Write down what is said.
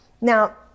Now